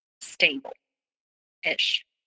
stable-ish